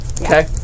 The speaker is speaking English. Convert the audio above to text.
Okay